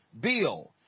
bill